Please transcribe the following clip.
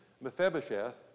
Mephibosheth